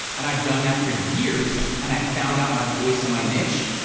and i've done that for years, and i found out my voice and my niche,